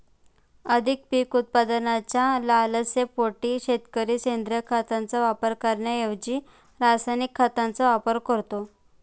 अधिक पीक उत्पादनाच्या लालसेपोटी शेतकरी सेंद्रिय खताचा वापर करण्याऐवजी रासायनिक खतांचा वापर करतो